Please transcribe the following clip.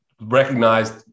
recognized